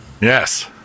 Yes